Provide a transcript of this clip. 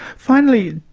finally,